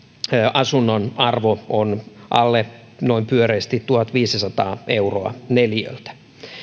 asunnon arvo on noin pyöreästi alle tuhatviisisataa euroa neliöltä